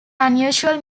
unusual